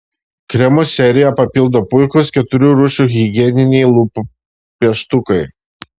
kremų seriją papildo puikūs keturių rūšių higieniniai lūpų pieštukai